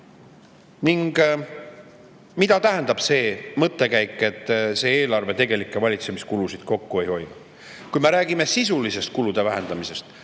sisu. Mida tähendab see mõttekäik, et see eelarve tegelikke valitsemiskulusid kokku ei hoia? Kui me räägime sisulisest kulude vähendamisest,